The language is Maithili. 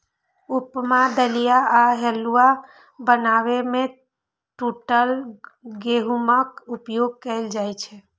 उपमा, दलिया आ हलुआ बनाबै मे टूटल गहूमक उपयोग कैल जाइ छै